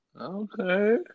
Okay